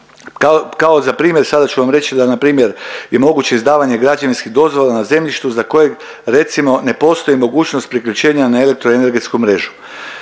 kao za primjer sada ću vam reći da npr. je moguće izdavanje građevinskih dozvola na zemljištu za kojeg recimo ne postoji mogućnost priključenja na elektroenergetsku mrežu.